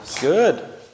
Good